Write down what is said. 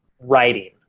writing